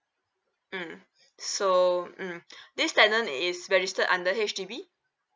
mm so mm this tenant is registered under H_D_B